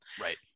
Right